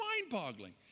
mind-boggling